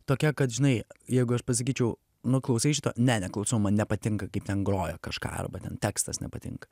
tokia kad žinai jeigu aš pasakyčiau nu klausai šito ne neklausau man nepatinka kaip ten groja kažką arba ten tekstas nepatinka